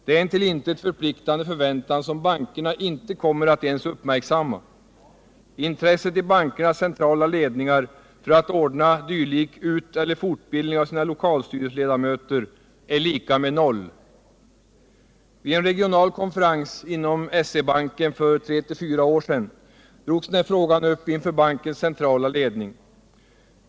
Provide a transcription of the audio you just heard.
Det är en till intet förpliktande förväntan, som bankerna inte kommer att ens uppmärksamma. Intresset i bankernas centrala ledningar för att ordna dylik uteller fortbildning av sina lokalstyrelseledamöter är lika med noll. Vid en regional konferens inom SE-banken för 34 år sedan drogs den här frågan upp inför bankens centrala ledning.